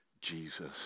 Jesus